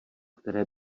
které